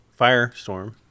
Firestorm